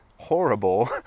horrible